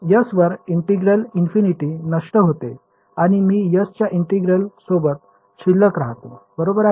S वर integral infinity नष्ट होते आणि मी s च्या ईंटेग्रेल सोबत शिल्लक राहतो बरोबर आहे